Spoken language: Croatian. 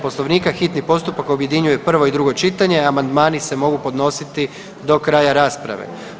Poslovnika hitni postupak objedinjuje prvo i drugo čitanje, a amandmani se mogu podnositi do kraja rasprave.